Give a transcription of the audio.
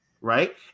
right